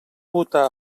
votar